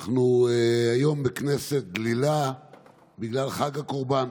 אנחנו היום בכנסת דלילה בגלל חג הקורבן.